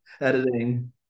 editing